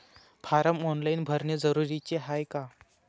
Form online भरने जरुरीचे हाय का?